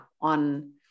on